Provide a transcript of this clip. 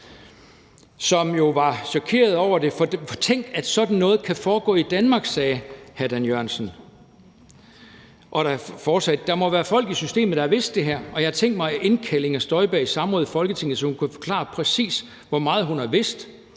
som jo var chokeret over det. For tænk, at sådan noget kan foregå i Danmark, sagde hr. Dan Jørgensen, og han fortsatte: Der må være folk i systemet, der har vidst det her, og jeg har tænkt mig at indkalde Inger Støjberg i samråd i Folketinget, så hun kan forklare, præcis hvor meget hun har vidst,